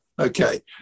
okay